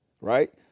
right